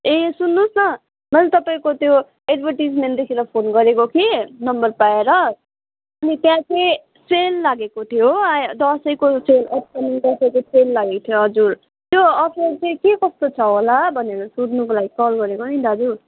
ए सुन्नुहोस न मैले तपाईँको त्यो एडभर्टिजमेन्ट देखेर फोन गरेको कि नम्बर पाएर अनि त्यहाँ चाहिँ सेल लागेको थियो हो दसैँको सेल दसैँको सेल लागेको थियो हजुर त्यो अफर चाहिँ के कस्तो छ होला भनेर सोध्नुको लागि कल गरेको नि दाजु